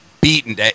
beaten